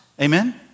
Amen